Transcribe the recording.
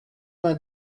vingt